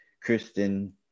Kristen